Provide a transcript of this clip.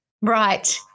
Right